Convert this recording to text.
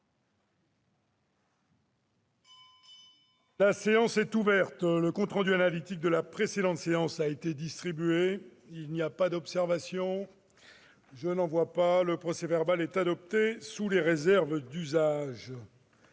La séance est ouverte. Le compte rendu analytique de la précédente séance a été distribué. Il n'y a pas d'observation ?... Le procès-verbal est adopté sous les réserves d'usage.